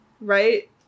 Right